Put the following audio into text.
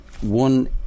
one